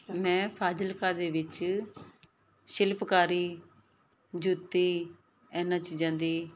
ਮੈਂ ਫ਼ਾਜ਼ਿਲਕਾ ਦੇ ਵਿੱਚ ਸ਼ਿਲਪਕਾਰੀ ਜੁੱਤੀ ਇਹਨਾਂ ਚੀਜ਼ਾਂ ਦੀ